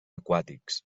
aquàtics